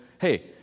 hey